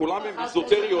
כולן אזוטריות,